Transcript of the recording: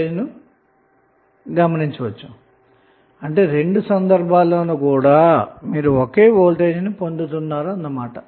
2 V లభిస్తుంది అంటే రెండు సందర్భాల్లోనూ మీరు ఒకే వోల్టేజ్ పొందుతారు అన్న మాట